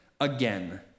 again